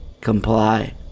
Comply